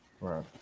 Right